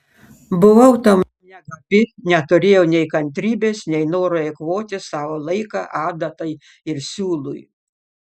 buvau tam negabi neturėjau nei kantrybės nei noro eikvoti savo laiką adatai ir siūlui